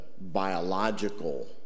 biological